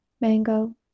mango